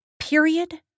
Period